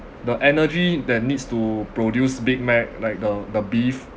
the energy that needs to produce Big Mac like the the beef